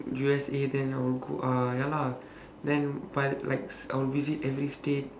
U_S_A then I will go uh ya lah then but like I will visit every state